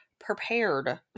prepared